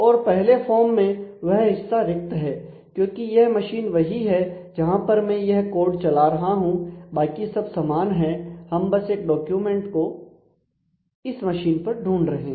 और पहले फॉर्म में वह हिस्सा रिक्त है क्योंकि यह मशीन वही है जहां पर मैं यह कोड चला रहा हूं बाकी सब समान है हम बस एक डॉक्यूमेंट को इस मशीन पर ढूंढ रहे हैं